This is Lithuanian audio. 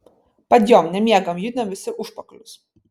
padjom nemiegam judinam visi užpakalius